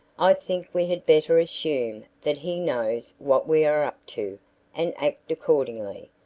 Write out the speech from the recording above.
i think we had better assume that he knows what we are up to and act accordingly,